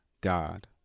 God